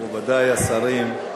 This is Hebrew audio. מכובדי השרים,